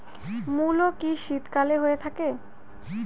মূলো কি শীতকালে হয়ে থাকে?